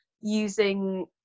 using